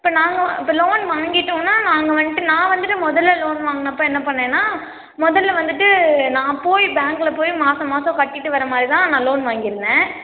இப்போ நாங்கள் இப்போ லோன் வாங்கிட்டோன்னா நாங்கள் வந்துட்டு நான் வந்துவிட்டு முதல்ல லோன் வாங்குனப்போ என்ன பண்ணேன்னா முதல்ல வந்துவிட்டு நான் போய் பேங்க்கில் போய் மாதம் மாதம் கட்டிவிட்டு வர மாதிரிதான் நான் லோன் வாங்கி இருந்தேன்